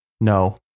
No